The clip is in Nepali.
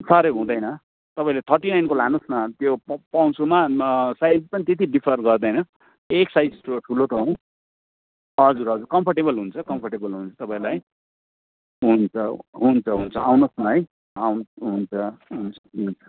साह्रै हुँदैन तपाईँले थर्टी नाइनको लानुहोस् न त्यो प पङ्क सुमा साइज पनि त्यति डिफर गर्दैन एक साइज ठुलो ठुलो त हो हजुर हजुर कम्फोर्टेबल हुन्छ कम्फोर्टेबल हुन्छ तपाईँलाई हुन्छ हुन्छ हुन्छ आउनुहोस् न है आउनुहोस् हुन्छ हुन्छ